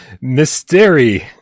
mystery